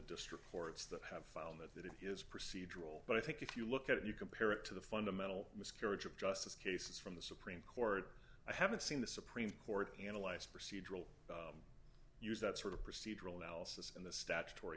district courts that have filed that it is procedural but i think if you look at it you compare it to the fundamental miscarriage of justice cases from the supreme court i haven't seen the supreme court analyzed procedural use that sort of procedural analysis in the statutory